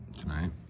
tonight